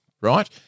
Right